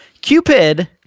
Cupid